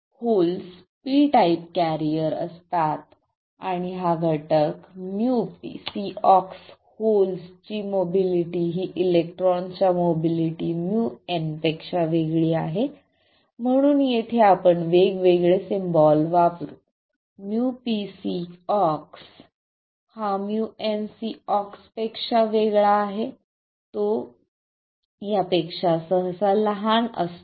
holes p type carrier असतात आणि हा घटक μpCox होल्स ची मोबिलिटी ही इलेक्ट्रॉन च्या मोबिलिटी μn पेक्षा वेगळी आहे म्हणून येथे आपण वेगवेगळे सिम्बॉल वापरू µpCox हा µnCox पेक्षा वेगळा आहे तो पेक्षा सहसा लहान असतो